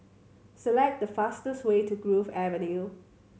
select the fastest way to Grove Avenue